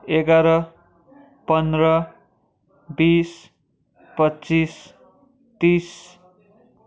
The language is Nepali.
एघार पन्ध्र बिस पच्चिस तिस